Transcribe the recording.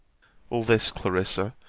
all this, clarissa,